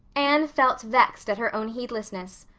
anne felt vexed at her own heedlessness.